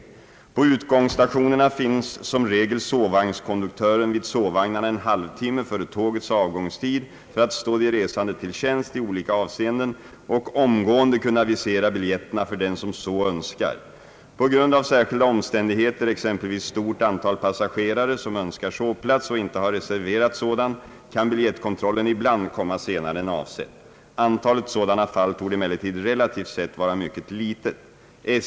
På utgångsstationerna finns som regel sovvagnskonduktören vid sovvagnarna en halv timme före tågets avgångstid för att stå de resande till tjänst i olika avseenden och omgående kunna visera biljetterna för den som så önskar. På grund av särskilda omständigheter, exempelvis stort antal passagerare som önskar sovplats och inte har reserverat sådan, kan biljettkontrollen ibland komma senare än avsett. Antalet sådana fall torde emellertid relativt sett vara mycket litet.